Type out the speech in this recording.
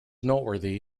noteworthy